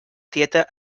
tieta